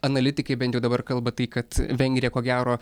analitikai bent jau dabar kalba tai kad vengrija ko gero